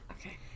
Okay